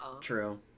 True